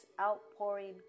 outpouring